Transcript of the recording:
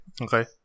Okay